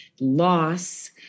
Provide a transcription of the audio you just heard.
loss